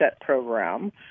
program